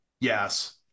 Yes